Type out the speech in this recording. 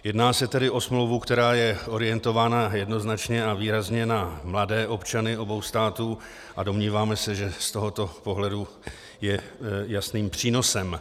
Jedná se tedy o smlouvu, která je orientována jednoznačně a výrazně na mladé občany obou států, a domníváme se, že z tohoto pohledu je jasným přínosem.